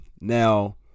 Now